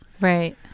Right